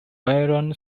byron